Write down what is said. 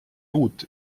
uut